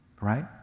Right